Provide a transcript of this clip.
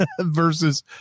versus